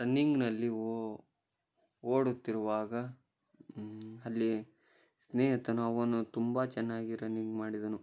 ರನ್ನಿಂಗ್ನಲ್ಲಿ ಓ ಓಡುತ್ತಿರುವಾಗ ಅಲ್ಲಿ ಸ್ನೇಹಿತನು ಅವನು ತುಂಬ ಚೆನ್ನಾಗಿ ರನ್ನಿಂಗ್ ಮಾಡಿದನು